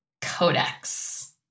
codex